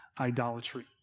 idolatry